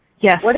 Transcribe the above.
Yes